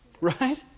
Right